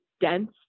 dense